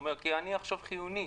הוא אמר: כי אני עכשיו חיוני,